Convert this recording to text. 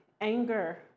anger